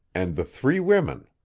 and the three women.